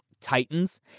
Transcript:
Titans